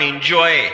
Enjoy